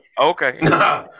Okay